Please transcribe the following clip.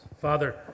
Father